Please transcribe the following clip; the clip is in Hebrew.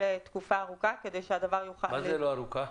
לתקופה ארוכה כי שהדבר --- מה זה לא ארוכה?